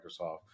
Microsoft